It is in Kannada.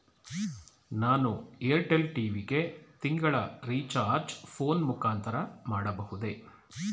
ನಾನು ಏರ್ಟೆಲ್ ಟಿ.ವಿ ಗೆ ತಿಂಗಳ ರಿಚಾರ್ಜ್ ಫೋನ್ ಮುಖಾಂತರ ಮಾಡಬಹುದೇ?